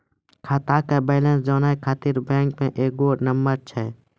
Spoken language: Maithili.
खाता के बैलेंस जानै ख़ातिर बैंक मे एगो नंबर छै?